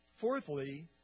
Fourthly